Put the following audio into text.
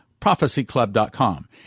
prophecyclub.com